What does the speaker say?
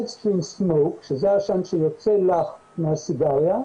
העשן שיוצא לך מהסיגריה,